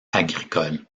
agricole